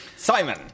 Simon